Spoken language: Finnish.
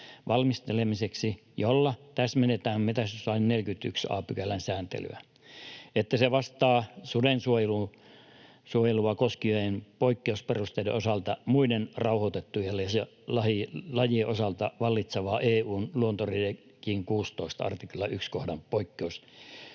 valmistelemiseksi, jolla täsmennetään metsästyslain 41 a §:n sääntelyä siten, että se vastaa suden suojelua koskevien poikkeusperusteiden osalta muiden rauhoitettujen lajien osalta vallitsevaa EU:n luontodirektiivin 16 artiklan 1 kohdan poikkeusperusteiden